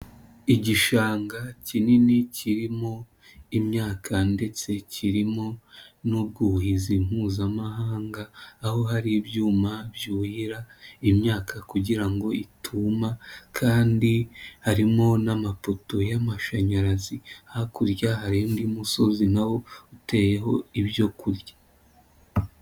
Igishanga kinini kirimo imyaka ndetse kirimo n'ubwuhizi mpuzamahanga, aho hari ibyuma byuhira imyaka kugira ngo ituma kandi harimo n'amapoto y'amashanyarazi, hakurya hari undi musozi nawo uteyeho ibyo kurya.